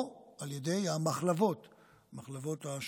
או על ידי המחלבות השונות,